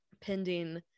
pending